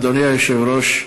אדוני היושב-ראש,